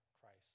Christ